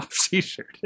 t-shirt